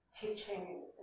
teaching